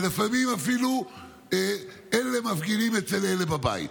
ולפעמים אפילו אלה מפגינים אצל אלה בבית,